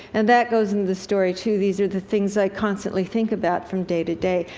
and that goes into the story, too. these are the things i constantly think about from day to day.